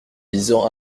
visant